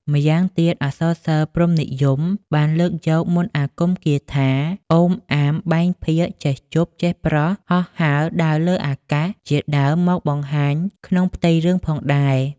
ម្យ៉ាងទៀត អក្សរសិល្ប៍ព្រហ្មនិយមបានលើកយកមន្តអាគមគាថា ឩមអាម បែងភាគ ចេះជប ចេះប្រស់ ហោះហើរដើរលើអាកាស ជាដើមមកបង្ហាញក្នុងផ្ទៃរឿងផងដែរ។